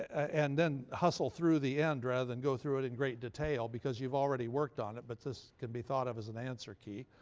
and then hustle through the end, rather than go through it in great detail, because you've already worked on it. but this can be thought of as an answer key.